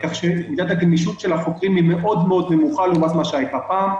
כך שמידת הגמישות של החוקרים היא נמוכה מאוד לעומת מה שהיה פעם.